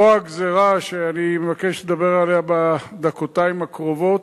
רוע הגזירה שאני מבקש לדבר עליו בדקתיים הקרובות,